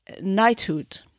knighthood